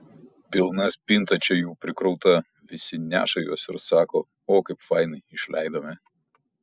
pilna spinta čia jų prikrauta visi neša juos ir sako o kaip fainai išleidome